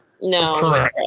No